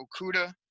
Okuda